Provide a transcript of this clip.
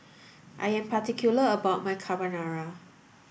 I am particular about my Carbonara